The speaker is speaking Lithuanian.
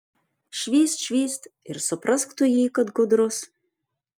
švyst švyst ir suprask tu jį kad gudrus